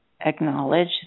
acknowledge